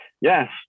Yes